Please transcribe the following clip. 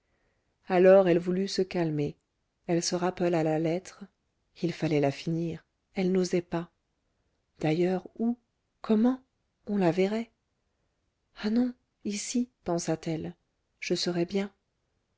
alors elle voulut se calmer elle se rappela la lettre il fallait la finir elle n'osait pas d'ailleurs où comment on la verrait ah non ici pensa-t-elle je serai bien